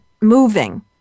moving